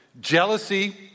Jealousy